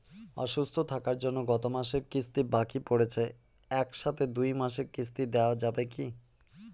অসুস্থ থাকার জন্য গত মাসের কিস্তি বাকি পরেছে এক সাথে দুই মাসের কিস্তি দেওয়া যাবে কি?